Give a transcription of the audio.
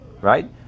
right